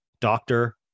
doctor